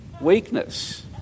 weakness